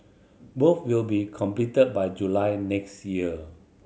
both will be completed by July next year